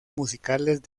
musicales